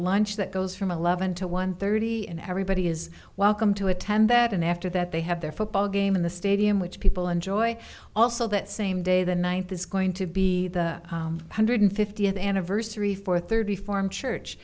lunch that goes from eleven to one thirty and everybody is welcome to attend that and after that they have their football game in the stadium which people enjoy also that same day the ninth is going to be the one hundred fiftieth anniversary for thirty four mm church